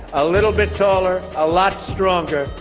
a little bit taller, a lot stronger,